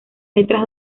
letras